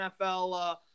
NFL